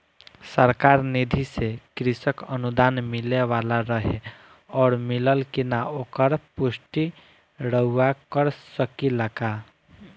सरकार निधि से कृषक अनुदान मिले वाला रहे और मिलल कि ना ओकर पुष्टि रउवा कर सकी ला का?